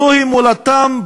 זוהי מולדתם,